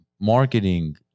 marketing